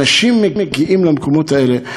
אנשים מגיעים למקומות האלה,